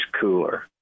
cooler